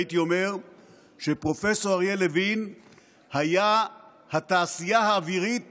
הייתי אומר שפרופ' אריה לוין היה התעשייה האווירית